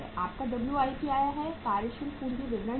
आपका WIP आया है कार्यशील पूंजी विवरण से